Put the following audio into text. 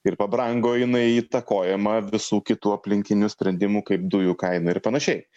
ir pabrango jinai įtakojama visų kitų aplinkinių sprendimų kaip dujų kaina ir panašiai